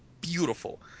beautiful